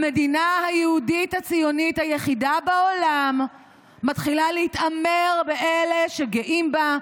המדינה היהודית הציונית היחידה בעולם מתחילה להתעמר באלה שגאים בה,